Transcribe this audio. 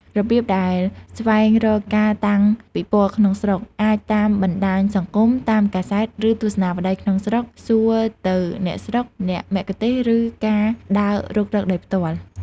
របៀបដែលស្វែងរកការតាំងពិពណ៌ក្នុងស្រុក អាចតាមបណ្តាញសង្គម តាមកាសែត ឬទស្សនាវដ្តីក្នុងស្រុក សួរទៅអ្នកស្រុក អ្នកមគ្គុទ្ទេស ឫការដើររុករកដោយផ្ទាល់។